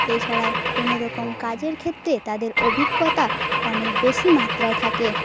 এছাড়াও কোনোরকম কাজের ক্ষেত্রে তাদের অভিজ্ঞতা অনেক বেশি মাত্রায় থাকে